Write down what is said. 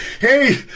Hey